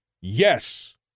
Yes